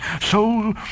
so